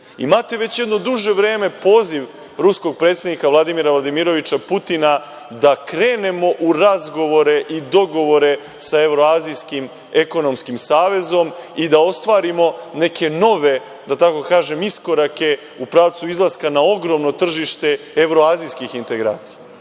Imate već jedno duže vreme poziv ruskog predsednika Vladimira Vladimiroviča Putina da krenemo u razgovore i dogovore sa Evroazijskim ekonomskim savezom i da ostvarimo neke nove iskorake u pravcu izlaska na ogromno tržište evroazijskih integracija.Zašto